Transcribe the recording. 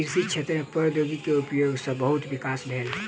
कृषि क्षेत्र में प्रौद्योगिकी के उपयोग सॅ बहुत विकास भेल